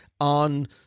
on